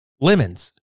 lemons